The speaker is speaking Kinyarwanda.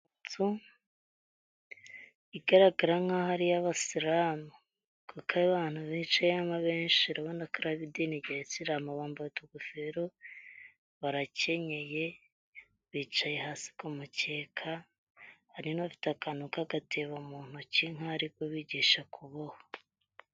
Inzu igaragara nk'aho ari iy'abasilamu kuko abantu bicayemo abenshi urabona ko ari ab'idini rya Isilamu bambaye utugofero, barakenyeye, bicaye hasi ku makeka, hari n'ufite akantu k'agatebo mu ntoki nkaho ari kubigisha kuboha.